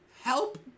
Help